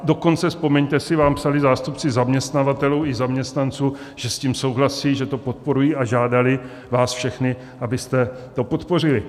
Dokonce, vzpomeňte si, vám psali zástupci zaměstnavatelů i zaměstnanců, že s tím souhlasí, že to podporují, a žádali vás všechny, abyste to podpořili.